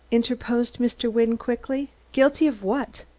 interposed mr. wynne quickly. guilty of what?